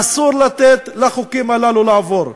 אסור לתת לחוקים הללו לעבור.